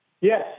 Yes